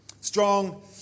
Strong